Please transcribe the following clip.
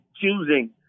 choosing